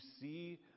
see